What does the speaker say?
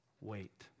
wait